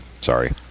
Sorry